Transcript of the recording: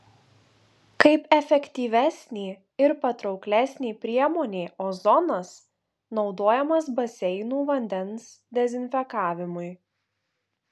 kaip efektyvesnė ir patrauklesnė priemonė ozonas naudojamas baseinų vandens dezinfekavimui